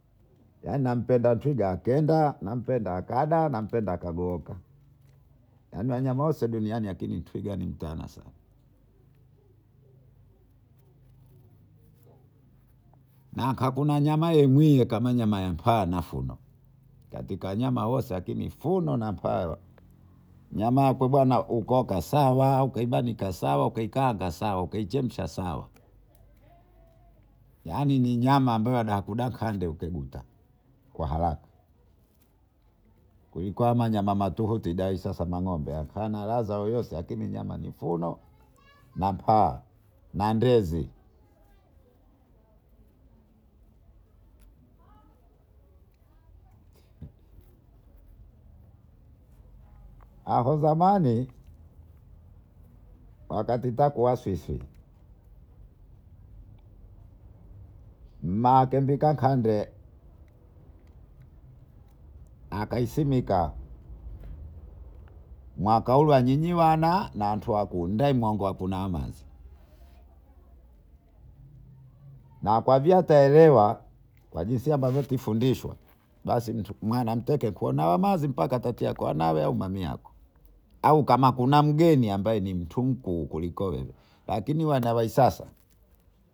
Yani nampenda twiga akenda nampenda akada nampenda akagaoka, yaani wanyama woso duniani lakini twiga nimtanasana. Nahakuna nyama mwiee kama nyama ya paa na funo katika nyama wose lakini funo na paa ukioka sawa, ukabanika sawa, ukakaanga sawa, ukaichemsha sawa. Yaani ni nyama ambayo dakudagande ukeguta kwa haraka kiliko nyama matuguti hakuna radha yoyote hapo zamani wakati twaku aswiswi nakendika kande akaisimika mwakaulwa imiwa na natwaiku ndwemwanga kunamasi na kwavia twaelewa anjisietwafundisha basi mwanamteke kunamanazi mbaka katia kwa wanawe au mamiwaku au kama kuna mgeni mkuu kuliko wewe lakini wanawaisasa.